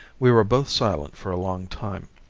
we were both silent for a long time.